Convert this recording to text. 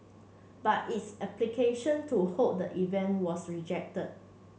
but its application to hold the event was reject